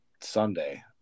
Sunday